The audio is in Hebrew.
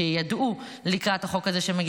שידעו הוא שמגיע,